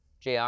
Jr